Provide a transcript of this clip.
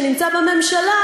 שנמצא בממשלה,